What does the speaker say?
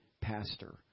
Pastor